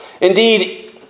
Indeed